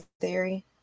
theory